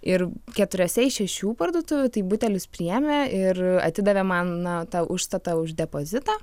ir keturiose iš šešių parduotuvių tai butelius priėmė ir atidavė man tą užstatą už depozitą